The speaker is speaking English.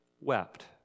wept